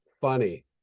Funny